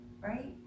right